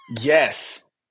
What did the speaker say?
Yes